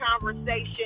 conversation